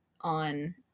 on